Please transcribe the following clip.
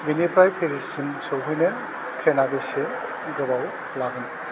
बेनिफ्राय पेरिससिम सौहैनो ट्रेना बेसे गोबाव लागोन